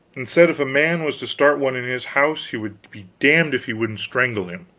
and said if a man was to start one in his house he would be damned if he wouldn't strangle him.